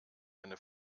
eine